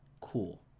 Cool